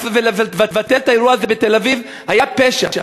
ולבטל את האירוע הזה בתל-אביב היה פשע.